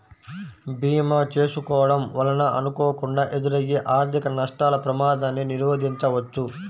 భీమా చేసుకోడం వలన అనుకోకుండా ఎదురయ్యే ఆర్థిక నష్టాల ప్రమాదాన్ని నిరోధించవచ్చు